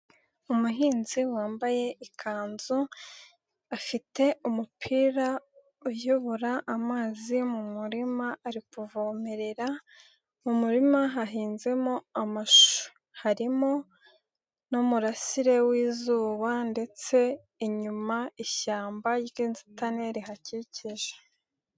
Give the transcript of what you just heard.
Umuhinzi wambaye ikanzu, afite umupira uyobora amazi mu murima ari kuvomerera. Mu murima hahinzemo amashu, harimo n'umurasire w'izuba ndetse inyuma ishyamba ry'inzitane rihakikije.